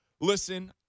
listen